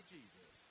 Jesus